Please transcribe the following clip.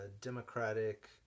democratic